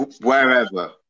Wherever